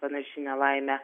panaši nelaimė